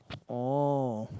oh